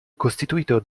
costituito